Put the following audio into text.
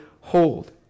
hold